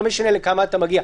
לא משנה לכמה אתה מגיע?